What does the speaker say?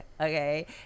okay